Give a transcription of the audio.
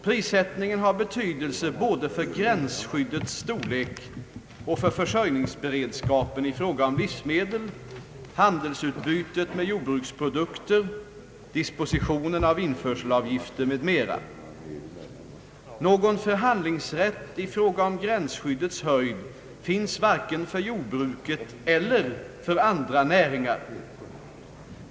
Prissättningen har betydelse både för gränsskyddets storlek och för försörjningsberedskapen i fråga om livsmedel, handelsutbytet med jordbruksprodukter, dispositionen av införselavgifter m.m. Någon förhandlingsrätt i fråga om gränsskyddets höjd finns varken för jordbruket eller för andra näringar.